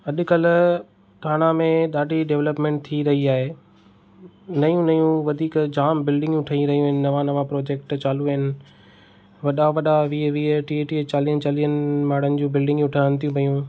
अॼुकल्ह थाणा में ॾाढी डेवलेपमेंट थी रही आहे नयूं नयूं वधीक जाम बिल्डिंगियूं ठही रहियूं आहिनि नवां नवां प्रॉजेक्ट चालू आहिनि वॾा वॾा वीह वीह टीह टीह चालीह चालीह माण्हुनि जूं बिल्डिंगियूं ठहनि थी पेयूं